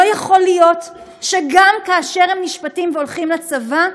לא יכול להיות שגם כאשר הם נשפטים והולכים לצבא,